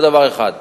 זה דבר אחד.